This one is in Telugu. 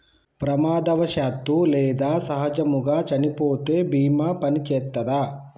ప్రమాదవశాత్తు లేదా సహజముగా చనిపోతే బీమా పనిచేత్తదా?